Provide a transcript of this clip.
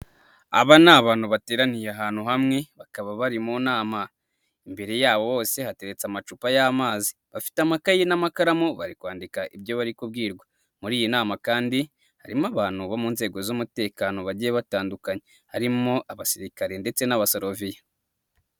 Aba ni abantu bateraniye ahantu hamwe bakaba bari mu nama, imbere yabo bose hateretse amacupa y'ama bafite amakayi n'amakaramu bari kwandika ibyo bari kubwirwa. Muri iyi nama kandi harimo abantu bo mu nzego z'umutekano bagiye batandukanye, harimwo abasirikare ndetse n'abasoloviya.